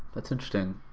that's interesting.